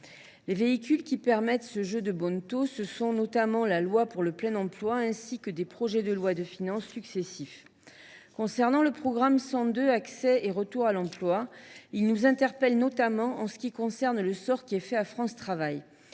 Les véhicules législatifs qui permettent ce jeu de bonneteau sont notamment la loi pour le plein emploi et les projets de loi de finances successifs. Le programme 102 « Accès et retour à l’emploi » nous interpelle notamment en ce qui concerne le sort qui y est réservé à France Travail.